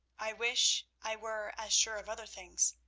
i wish i were as sure of other things.